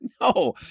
No